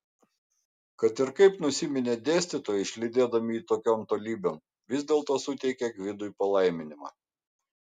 kad ir kaip nusiminė dėstytojai išlydėdami jį tokion tolybėn vis dėlto suteikė gvidui palaiminimą